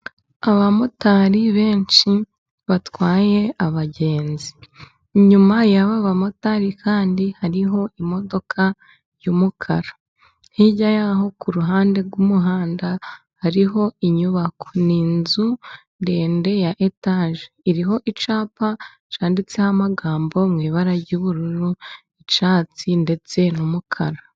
Abamotari benshi batwaye abagenzi, inyuma y'aba bamotari kandi hariho imodoka y'umukara, hirya y'aho ku ruhande rw'umuhanda hariho inyubako, ni inzu ndende ya etaje iriho icyapa cyanditseho amagambo mu ibara ry'ubururu icyatsi ndetse n'umukara.